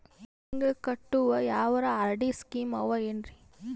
ತಿಂಗಳ ಕಟ್ಟವು ಯಾವರ ಆರ್.ಡಿ ಸ್ಕೀಮ ಆವ ಏನ್ರಿ?